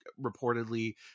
reportedly